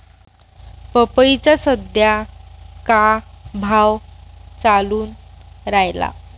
पपईचा सद्या का भाव चालून रायला?